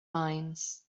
minds